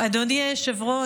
אדוני היושב-ראש,